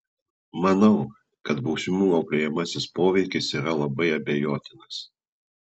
manau kad bausmių auklėjamasis poveikis yra labai abejotinas